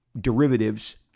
derivatives